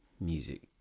music